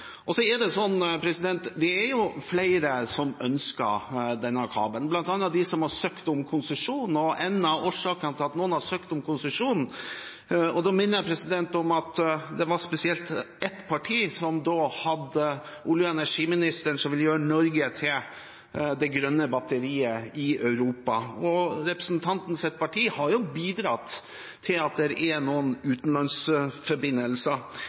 Så er det jo slik at det er flere som ønsker denne kabelen, bl.a. de som har søkt om konsesjon. Jeg minner om at det var spesielt ett parti, som da hadde olje- og energiministeren, som ville gjøre Norge til det grønne batteriet i Europa, og representantens parti har jo bidratt til at det er noen utenlandsforbindelser.